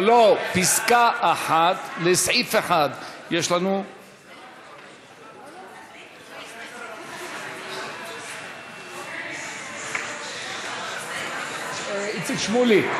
לסעיף 1. איציק שמולי,